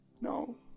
no